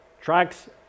tracks